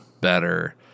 better